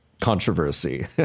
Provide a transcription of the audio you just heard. Controversy